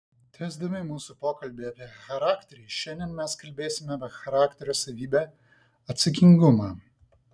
tęsdami mūsų pokalbį apie charakterį šiandien mes kalbėsime apie charakterio savybę atsakingumą